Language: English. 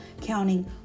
counting